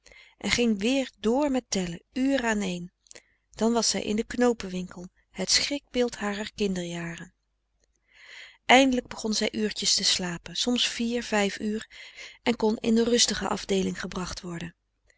en ging weer dr met tellen uren aaneen dan was zij in den knoopenwinkel het schrikbeeld harer kinderjaren eindelijk begon zij uurtjes te slapen soms vier vijf uur en kon in de rustige afdeeling gebracht worden